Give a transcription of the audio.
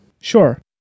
Sure